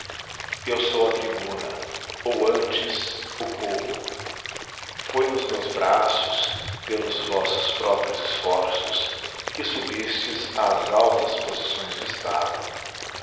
eu sou a tribuna ou antes o povo foi nos meus braços pelos vossos próprios esforços que subistes ás altas posições do estado